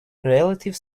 relative